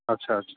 अच्छा अच्छा अच्छा